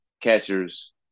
catchers